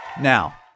Now